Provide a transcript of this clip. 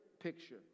picture